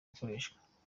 gukoreshwa